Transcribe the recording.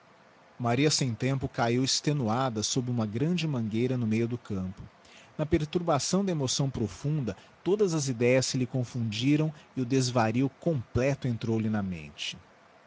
maria sem tempo cahiu extenuada sob uma grande mangueira no meio do campo na perturbação da emoção profunda todas as idéas se lhe confundiram e o desvario completo entrou-lhe na mente